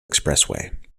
expressway